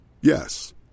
Yes